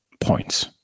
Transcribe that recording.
points